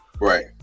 Right